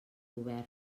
govern